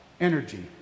energy